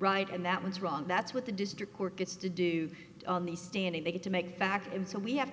right and that was wrong that's what the district court gets to do on the stand and they get to make back in so we have to